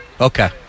Okay